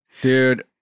Dude